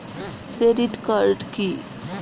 Credit card কি?